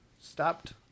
stopped